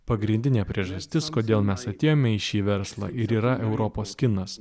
pagrindinė priežastis kodėl mes atėjome į šį verslą ir yra europos kinas